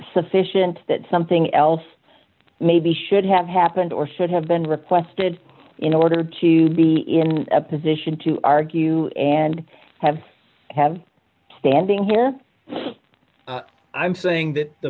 sufficient that something else maybe should have happened or should have been reported in order to be in a position to argue and have have standing here i'm saying that the